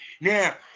now